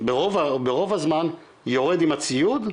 ברוב הזמן, יורד עם הציוד,